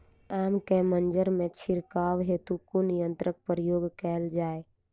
आम केँ मंजर मे छिड़काव हेतु कुन यंत्रक प्रयोग कैल जाय?